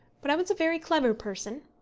but i was a very clever person,